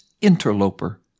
interloper